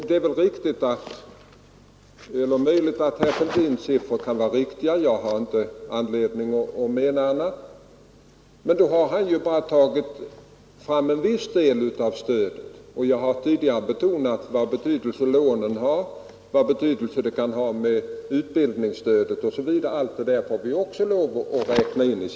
Det är möjligt att herr Fälldins siffra är riktig — jag har inte anledning tro annat — men då har han bara sett till en viss del av det totala stödet. Jag har ju tidigare framhållit vilken betydelse exempelvis lånen och utbildningsstödet kan ha — dessa ting måste vi också räkna in.